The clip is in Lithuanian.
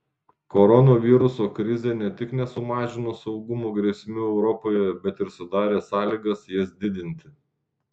koronaviruso krizė ne tik nesumažino saugumo grėsmių europoje bet ir sudarė sąlygas jas didinti